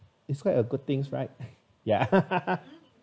it's quite a good things right